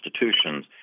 institutions